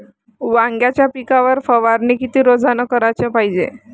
वांग्याच्या पिकावर फवारनी किती रोजानं कराच पायजे?